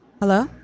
Hello